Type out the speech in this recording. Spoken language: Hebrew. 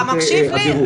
אתה מקשיב לי,